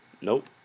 Nope